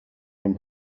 from